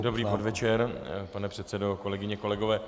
Dobrý podvečer, pane předsedo, kolegyně, kolegové.